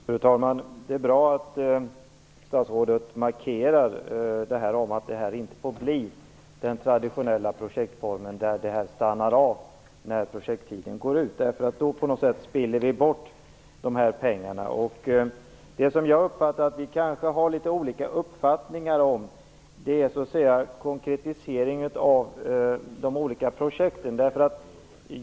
Fru talman! Det är bra att statsrådet markerar att det inte får bli en traditionell projektform där verksamheten stannar av när projekttiden går ut. Då spiller vi bort dessa pengar. Det jag uppfattar att vi har olika uppfattning om är konkretiseringen av projekten.